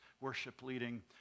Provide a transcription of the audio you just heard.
worship-leading